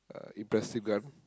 uh impressive gun